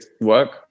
work